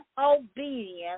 obedience